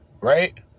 Right